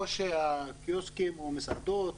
או הקיוסקים או מסעדות,